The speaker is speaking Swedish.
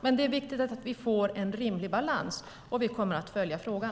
Men det är viktigt att vi får en rimlig balans, och vi kommer att följa frågan.